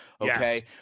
Okay